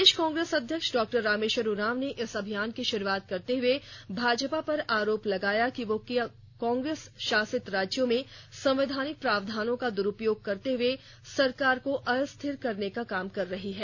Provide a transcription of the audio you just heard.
प्रदेश कांग्रेस अध्यक्ष डॉ रामेश्वर उरांव ने इस अभियान की शुरूआत करते हुए भाजपा पर आरोप लगाया कि वह कांग्रेस शासित राज्यों में संवैधानिक प्रावधानों का दुरुपयोग करते हुए सरकार को अस्थिर करने का काम कर रही है